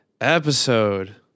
episode